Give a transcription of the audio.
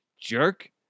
Jerk